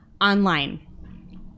online